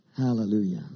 Hallelujah